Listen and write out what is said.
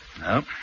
No